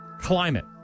climate